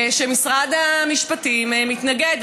שמשרד המשפטים מתנגד.